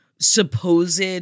supposed